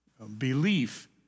Belief